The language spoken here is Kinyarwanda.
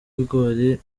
ibigori